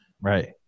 Right